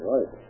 Right